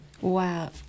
Wow